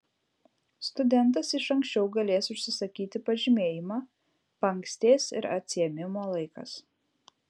studentas iš ankščiau galės užsisakyti pažymėjimą paankstės ir atsiėmimo laikas